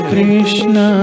Krishna